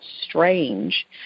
strange